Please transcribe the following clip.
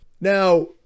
Now